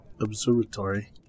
Observatory